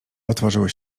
otworzyły